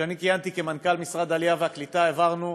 כשאני כיהנתי כמנכ"ל משרד העלייה והקליטה העברנו,